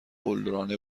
قلدرانه